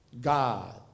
God